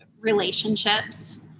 relationships